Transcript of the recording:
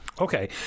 okay